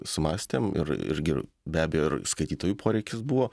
sumąstėm ir irgi beabejo ir skaitytojų poreikis buvo